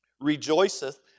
Rejoiceth